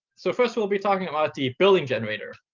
so first, we'll be talking about the building generator.